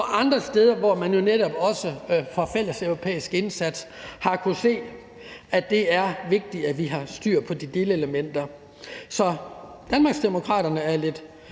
og andre områder, og hvor man netop også fra fælles europæisk side har kunnet se, at det er vigtigt, at vi har styr på de delelementer. Så Danmarksdemokraterne er lidt